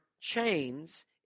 chains